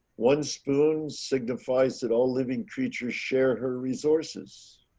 one spoon signifies that all living creatures share her resources.